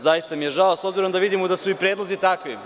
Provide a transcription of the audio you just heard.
Zaista mi je žao, s obzirom da vidimo da su i predlozi takvi.